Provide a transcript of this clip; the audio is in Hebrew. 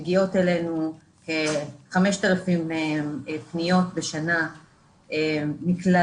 מגיעות אלינו 5,000 פניות בשנה מכלל